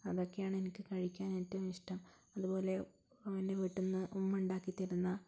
അതൊക്കെയാണ് എനിക്ക് കഴിക്കാൻ ഏറ്റവും ഇഷ്ടം അതുപോലെ എൻ്റെ വീട്ടിൽ നിന്ന് ഉമ്മ ഉണ്ടാക്കിത്തരുന്ന ഇതൊക്കെയാണ്